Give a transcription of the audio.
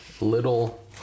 little